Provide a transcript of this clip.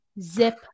zip